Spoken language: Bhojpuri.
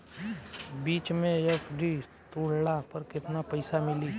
बीच मे एफ.डी तुड़ला पर केतना पईसा मिली?